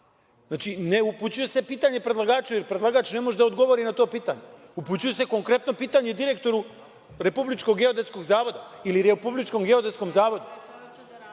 Znači, ne upućuje se pitanje predlagaču, jer predlagač ne može da odgovori na to pitanje, upućuje se konkretno direktoru Republičkog geodetskog zavoda ili RGZ-u. Valjda je potpuno